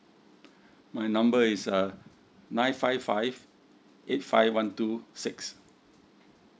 my number is uh nine five five eight five one two six